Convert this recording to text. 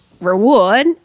reward